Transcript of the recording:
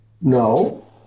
no